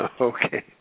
Okay